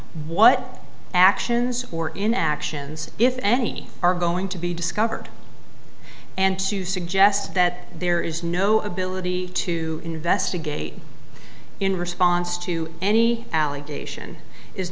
what actions or inactions if any are going to be discovered and to suggest that there is no ability to investigate in response to any allegation is